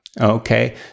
okay